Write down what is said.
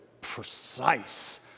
precise